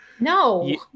No